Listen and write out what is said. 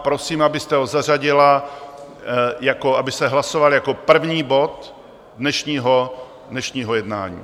Prosím, abyste ho zařadila jako... aby se hlasoval jako první bod dnešního jednání.